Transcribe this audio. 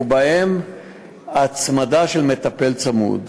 ובהם העמדה של מטפל צמוד.